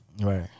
Right